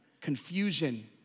confusion